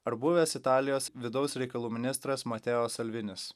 ar buvęs italijos vidaus reikalų ministras mateo salvinis